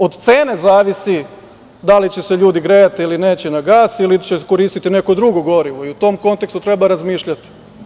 Od cene zavisi da li će se ljudi grejati ili neće, ili će koristiti neko drugo gorivo i u tom kontekstu treba razmišljati.